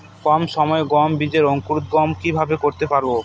কম সময়ে গম বীজের অঙ্কুরোদগম কিভাবে করতে পারব?